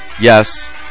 yes